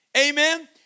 Amen